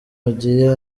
mugiye